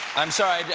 i'm sorry.